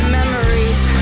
memories